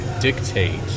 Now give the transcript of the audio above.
dictate